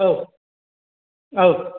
औ औ